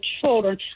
children